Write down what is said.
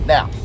Now